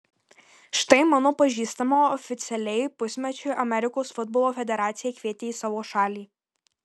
štai mano pažįstamą oficialiai pusmečiui amerikos futbolo federacija kvietė į savo šalį